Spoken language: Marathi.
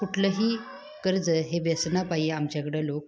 कुठलंही कर्ज हे व्यसनापायी आमच्याकडं लोक